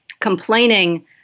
complaining